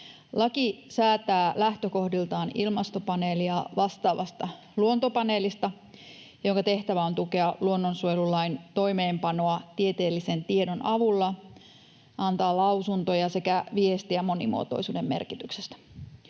Laki säätää lähtökohdiltaan Ilmastopaneelia vastaavasta Luontopaneelista, jonka tehtävä on tukea luonnonsuojelulain toimeenpanoa tieteellisen tiedon avulla, antaa lausuntoja sekä viestiä monimuotoisuuden merkityksestä.